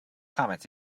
comments